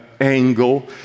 angle